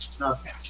Okay